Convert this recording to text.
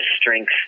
strength